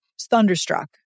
thunderstruck